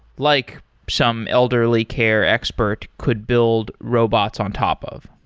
like some elderly care expert could build robots on top of.